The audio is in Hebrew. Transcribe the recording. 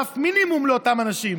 רף מינימום לאותם אנשים,